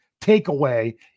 takeaway